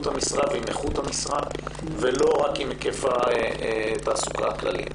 המשרה ועם איכות המשרה ולא רק עם היקף התעסוקה הכללי.